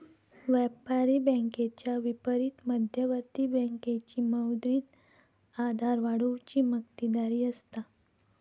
व्यापारी बँकेच्या विपरीत मध्यवर्ती बँकेची मौद्रिक आधार वाढवुची मक्तेदारी असता